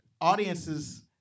audiences